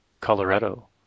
Colorado